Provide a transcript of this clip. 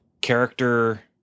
character